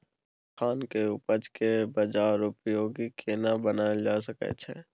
मखान के उपज के बाजारोपयोगी केना बनायल जा सकै छै?